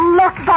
look